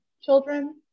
children